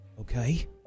Okay